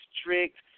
strict